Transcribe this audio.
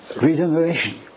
regeneration